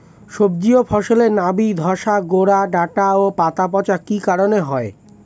সবজি ও ফসলে নাবি ধসা গোরা ডাঁটা ও পাতা পচা কি কারণে হয়?